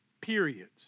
periods